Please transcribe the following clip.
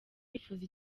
nifuza